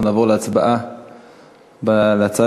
אנחנו נעבור להצבעה על העברת ההצעות